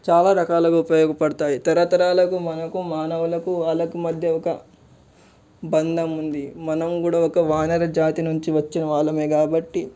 చాలా రకాలుగా ఉపయోగపడతాయి తరతరాలకు మనకు మానవులకు వాళ్ళకు మధ్య ఒక బంధం ఉంది మనం కూడా ఒక వానరజాతి నుంచి వచ్చిన వాళ్ళమే కాబట్టి